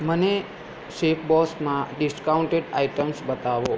મને શેફબોસમાં discounted items બતાવો